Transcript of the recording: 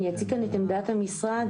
אני אציג כאן את עמדת המשרד.